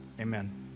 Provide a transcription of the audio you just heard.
amen